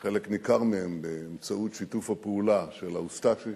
חלק ניכר מהם באמצעות שיתוף הפעולה של ה"אוסטשה".